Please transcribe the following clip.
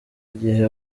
gihe